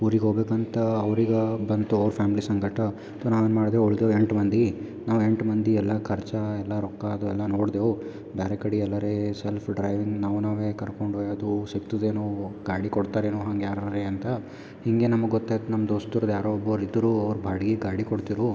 ಊರಿಗೆ ಹೋಗಬೇಕಂತ ಅವ್ರಿಗೆ ಬಂತೊ ಅವ್ರು ಫ್ಯಾಮ್ಲಿ ಸಂಗಟ ಅಥ್ವ ನಾವು ಏವು ಮಾಡ್ದೇವು ಉಳ್ದ ಎಂಟು ಮಂದಿ ನಾವು ಎಂಟು ಮಂದಿ ಎಲ್ಲ ಖರ್ಚ ಎಲ್ಲ ರೊಕ್ಕ ಅದು ಎಲ್ಲ ನೋಡಿದೆವು ಬೇರೆ ಕಡೆ ಎಲ್ಲರೇ ಸೆಲ್ಫ್ ಡ್ರೈವಿಂಗ್ ನಾವು ನಾವೇ ಕರ್ಕೊಂಡು ಹೊಯೋದು ಸಿಕ್ತದೇನೋ ಗಾಡಿ ಕೊಡ್ತರೇನೊ ಹಂಗೆ ಯಾರ್ಯಾರೆ ಅಂತ ಹಿಂಗೆ ನಮ್ಮ ಗೊತ್ತಾಗಿ ನಮ್ಮ ದೋಸ್ತ್ರುದು ಯಾರೋ ಒಬ್ಬರು ಇದ್ರು ಅವ್ರು ಬಾಡಿಗೆ ಗಾಡಿ ಕೊಡ್ತಿರು